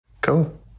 Cool